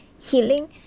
healing